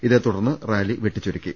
ഇതേത്തുടർന്ന് റാലി വെട്ടിച്ചുരുക്കി